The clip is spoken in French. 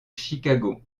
chicago